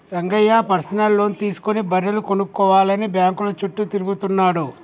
Rangayya personal loan తీసుకుని బర్రెలు కొనుక్కోవాలని బ్యాంకుల చుట్టూ తిరుగుతున్నాడు